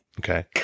Okay